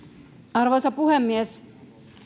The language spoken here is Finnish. arvoisa puhemies